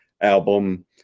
album